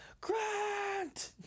Grant